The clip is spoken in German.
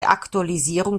aktualisierung